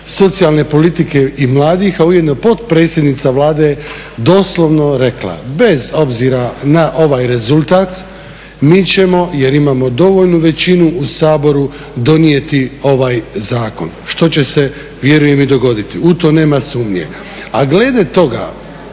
socijalne politike i mladih a ujedno i potpredsjednica Vlade doslovno rekla: "Bez ovaj rezultat mi ćemo jer imamo dovoljnu većinu u Saboru donijeti ovaj zakon.", što će se vjerujem i dogoditi u to nema sumnje. A glede toga,